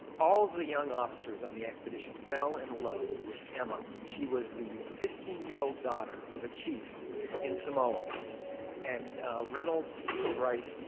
all the young officers on the expedition fell in love with emma. she was the fifteen-year-old daughter of a chief in samoa and reynolds would write,